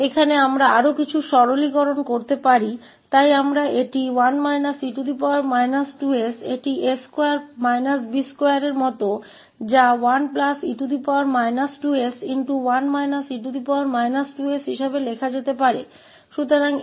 यहाँ हम कुछ और सरलीकरण कर सकते हैं इसलिए यहाँ यह 1 e 2s है यह a2 b2 जैसा है जिसे 1e s के रूप में लिखा जा सकता है